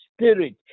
spirit